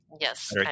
yes